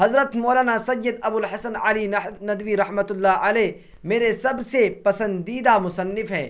حضرت مولانا سید ابو الحسن علی ندوی رحمۃُ اللّہ علیہ میرے سب سے پسندیدہ مصنف ہیں